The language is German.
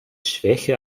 schwäche